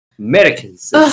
Americans